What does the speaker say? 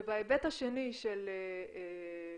ובהיבט השני של "גאפל",